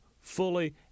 fully